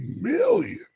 million